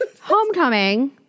Homecoming